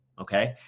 Okay